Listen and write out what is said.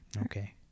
Okay